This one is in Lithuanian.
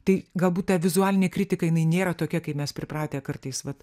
tai galbūt ta vizualinė kritika jinai nėra tokia kaip mes pripratę kartais vat